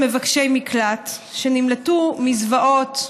הם מבקשי מקלט שנמלטו מזוועות,